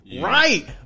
right